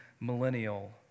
Millennial